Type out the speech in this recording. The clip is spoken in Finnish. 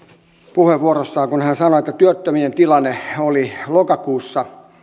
puheenvuorossa kun hän sanoi että työttömien tilanne oli lokakuussa